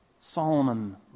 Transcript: Solomon